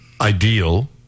ideal